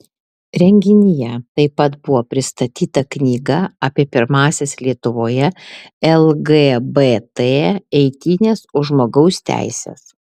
renginyje taip pat buvo pristatyta knyga apie pirmąsias lietuvoje lgbt eitynes už žmogaus teises